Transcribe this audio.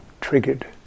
triggered